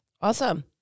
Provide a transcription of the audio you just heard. Awesome